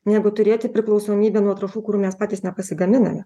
negu turėti priklausomybę nuo trąšų kur mes patys nepasigaminame